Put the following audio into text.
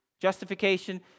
Justification